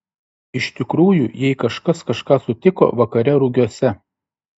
iš tikrųjų jei kažkas kažką sutiko vakare rugiuose